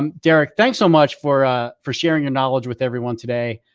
um derek, thanks so much for ah for sharing your knowledge with everyone today.